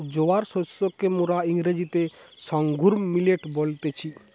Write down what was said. জোয়ার শস্যকে মোরা ইংরেজিতে সর্ঘুম মিলেট বলতেছি